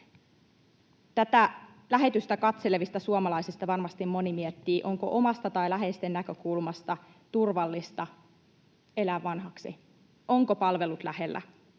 Tätä lähetystä katselevista suomalaisista moni varmasti miettii, onko omasta tai läheisten näkökulmasta turvallista elää vanhaksi. Ovatko palvelut lähellä,